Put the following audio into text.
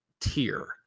tier